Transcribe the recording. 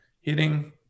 hitting